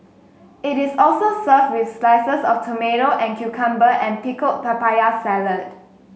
it is also served with slices of tomato and cucumber and pickled papaya salad